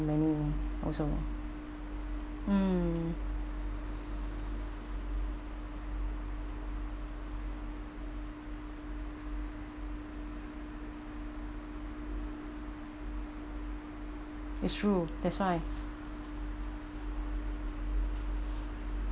many also mm it's true that's why